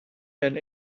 been